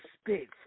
speak